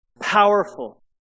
Powerful